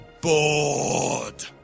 bored